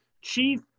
chief